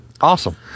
awesome